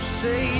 say